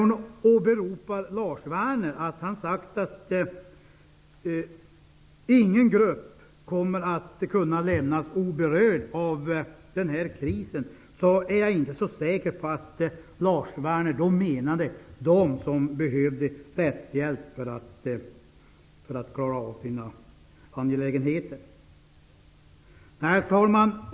Hon åberopar vad Lars Werner har sagt om att ingen grupp kommer att lämnas oberörd av krisen. Jag är inte så säker på att Lars Werner då menade dem som behöver rättshjälp för att klara av sina angelägenheter. Herr talman!